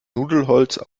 nudelholzes